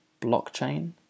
Blockchain